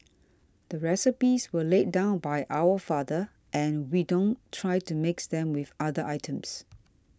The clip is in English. the recipes were laid down by our father and we don't try to mix them with other items